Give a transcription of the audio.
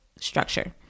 structure